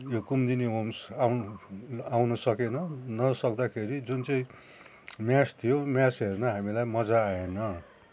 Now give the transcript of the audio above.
यो कुमुदिनी होम्स आउ आउनु सकेन नसक्दाखेरि जुन चाहिँ म्याच थियो म्याच हेर्न हामीलाई मज्जा आएन